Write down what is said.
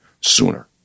sooner